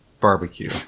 barbecue